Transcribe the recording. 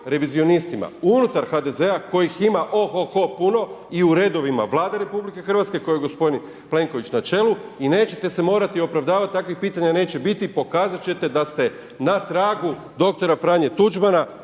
revizionistima unutar HDZ-a kojih ima oho-ho puno i u redovima Vlade RH kojoj je gospodin Plenković na čelu i nećete se morati opravdavati, takvih pitanja neće biti, pokazat ćete da s te na tragu dr. Franje Tuđmana,